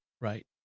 Right